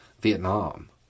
Vietnam